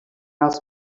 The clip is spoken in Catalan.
els